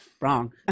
wrong